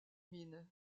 mines